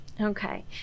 Okay